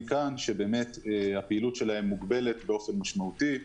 כאן שבאמת הפעילות שלהם מוגבלת באופן משמעותי.